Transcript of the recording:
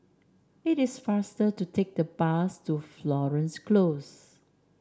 it is faster to take the bus to Florence Close